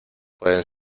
pueden